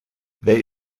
they